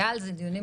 צוות בין